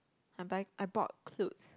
I buy I bought clothes